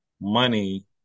money